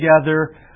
together